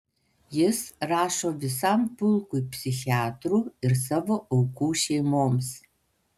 jis rašo visam pulkui psichiatrų ir savo aukų šeimoms